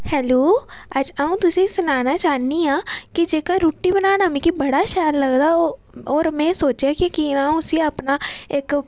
hello अज्ज अ'ऊं तुसेंगी सनाना चाह्न्नी आं कि जेह्का रूट्टी बनाना मिगी बड़ा शैल लगदा होर होर में सोचेआ कि'यां उसी अपना इक